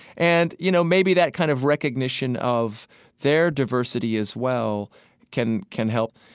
and you know maybe that kind of recognition of their diversity as well can can help.